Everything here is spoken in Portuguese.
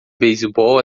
beisebol